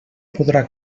podrà